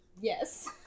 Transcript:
Yes